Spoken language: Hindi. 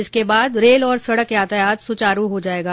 इसके बाद रेल और सड़क यातायात सुचारू हो जाएगा